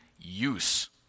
use